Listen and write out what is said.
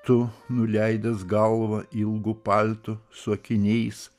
tu nuleidęs galvą ilgu paltu su akiniais